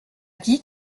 dit